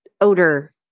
odor